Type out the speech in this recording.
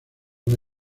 una